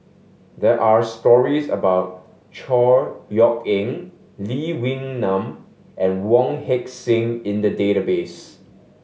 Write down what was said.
there are stories about Chor Yeok Eng Lee Wee Nam and Wong Heck Sing in the database